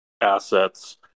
assets